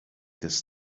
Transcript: this